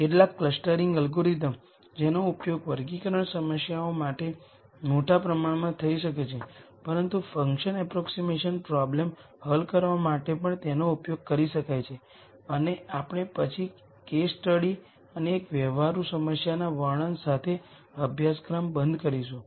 કેટલાક clustering algorithms જેનો ઉપયોગ વર્ગીકરણ સમસ્યાઓ માટે મોટા પ્રમાણમાં થઈ શકે છે પરંતુ ફંકશન અપ્રોક્ઝીમેશન પ્રોબ્લેમ હલ કરવા માટે પણ તેનો ઉપયોગ કરી શકાય છે અને આપણે પછી કેસ સ્ટડી અને એક વ્યવહારુ સમસ્યાના વર્ણન સાથે અભ્યાસક્રમ બંધ કરીશું